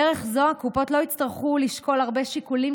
בדרך זו הקופות לא יצטרכו לשקול הרבה שיקולים